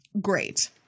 Great